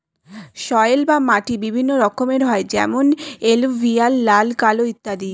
soil বা মাটি বিভিন্ন রকমের হয় যেমন এলুভিয়াল, লাল, কালো ইত্যাদি